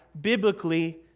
biblically